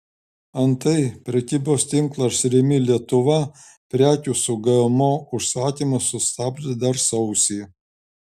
antai prekybos tinklas rimi lietuva prekių su gmo užsakymus sustabdė dar sausį